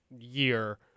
year